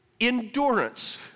Endurance